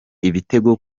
ibitego